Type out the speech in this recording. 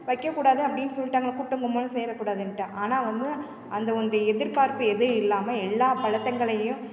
வைக்கக் கூடாது அப்படின்னு சொல்லிட்டாங்க கூட்டமுமா சேரக் கூடாதுன்ட்டு ஆனால் வந்து அந்த வந்து எதிர்பார்ப்பு எதுவும் இல்லாமல் எல்லா பழத்தங்ளையும்